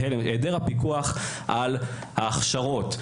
על ההכשרות,